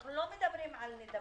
אנחנו לא מדברים על נדבות,